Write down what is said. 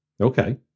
Okay